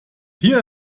hier